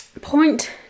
point